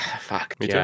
Fuck